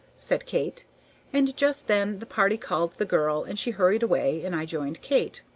said kate and just then the party called the girl, and she hurried away, and i joined kate.